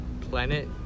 planet